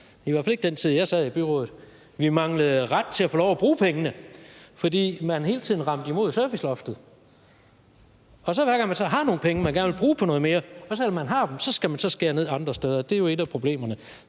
I hvert fald ikke i den tid, jeg sad i byrådet. Vi manglede ret til at få lov at bruge pengene, fordi man hele tiden ramte imod serviceloftet. Og når man så har nogle penge, man gerne vil bruge på noget mere, så skal man hver gang så skære ned andre steder. Det er jo et af problemerne.